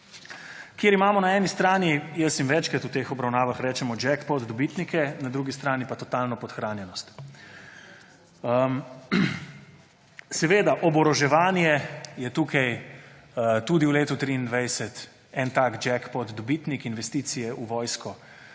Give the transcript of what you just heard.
kjer imamo na eni strani, jaz jim večkrat v teh obravnavah rečem jackpot dobitnike, na drugi strani pa totalno podhranjenost. Seveda oboroževanje je tukaj tudi v letu 2023 en tak jackpot dobitnik investicije v vojsko